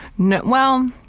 no. well,